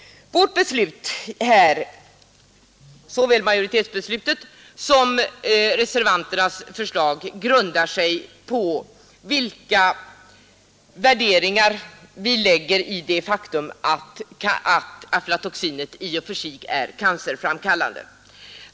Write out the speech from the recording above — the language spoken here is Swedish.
Vårt beslut här, såväl majoritetsbeslutet som reservanternas förslag, grundar sig på vilka värderingar vi lägger i det faktum att aflatoxinet i sig är cancerframkallande.